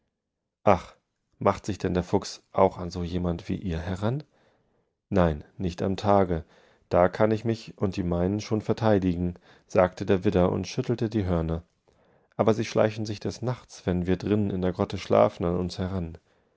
macht sich denn der fuchs auch an so jemand wie ihr heran nein nicht am tage da kann ich mich und die meinenschonverteidigen sagtederwidderundschütteltediehörner aber sie schleichen sich des nachts wenn wir drinnen in der grotte schlafen an uns heran